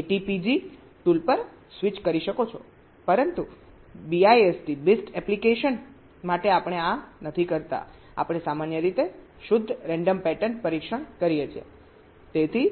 ATPG tool પર switch કરી શકો છો પરંતુ BIST એપ્લિકેશન માટે આપણે આ નથી કરતા આપણે સામાન્ય રીતે શુદ્ધ રેન્ડમ પેટર્ન પરીક્ષણ કરીએ છીએ